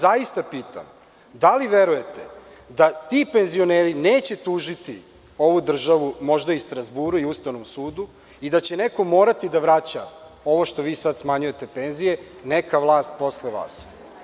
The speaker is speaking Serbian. Zaista vas pitam da li verujete da ti penzioneri neće tužiti ovu državu, možda, i Strazburu i Ustavnom sudu i da će neko morati da vraća ovo što vi sada smanjujete penzije, neka vlast posle vas?